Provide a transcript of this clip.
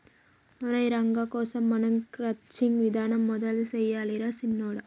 ఒరై రంగ కోసం మనం క్రచ్చింగ్ విధానం మొదలు సెయ్యాలి రా సిన్నొడా